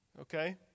Okay